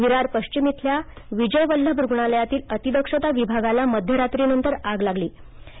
विरार पश्चिम इथल्या विजय वल्लभ रुग्णालयातील अतिदक्षता विभागाला मध्यरात्रीनंतर आग लागली होती